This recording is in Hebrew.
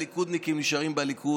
הליכודניקים נשארים בליכוד,